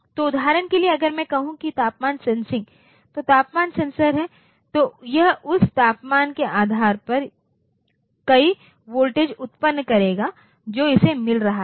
तो उदाहरण के लिए अगर मैं कहूं कि यह तापमान सेंसिंग तो तापमान सेंसरहै तो यह उस तापमान के आधार पर कई वोल्टेज उत्पन्न करेगा जो इसे मिल रहा है